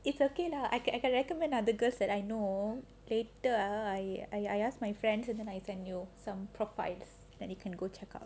it's okay lah I can I can recommend other girls that I know later ah I I I ask my friends than I send you some profiles that you can go check out